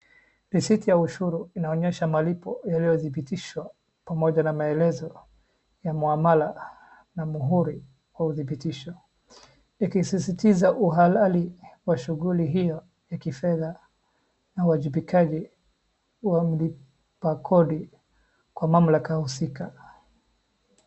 Risiti ya ushuru inaonyesha malipo yaliyodhibitishwa pamoja na maelezo ya muamala na muhuri wa udhibitisho. Ikisisitiza uhalali wa shughuli hiyo ya kifedha na uwajibikaji wa mlipakodi kwa mamlaka husika.